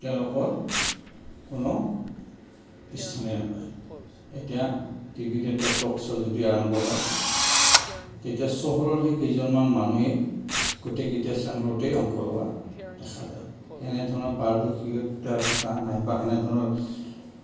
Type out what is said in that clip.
তেওঁলোকৰ কোনো স্থানেই নাপায় এতিয়া টিভিত এটা টক শ্ব যদি আৰম্ভ হয় তেতিয়া চহৰৰে কেইজনমান মানুহেই গোটেইকেইটা চেনেলতেই অংশ লোৱা দেখা যায় সেনেধৰণৰ পাৰদৰ্শিতা থকা নাইবা সেনেধৰণৰ